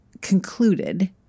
concluded